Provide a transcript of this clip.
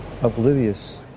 oblivious